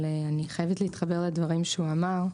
אבל אני חייבת להתחבר לדברים שהוא אמר.